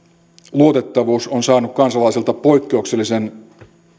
luotettavuus on saanut kansalaisilta poikkeuksellisen